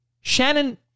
Shannon